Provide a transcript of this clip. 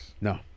No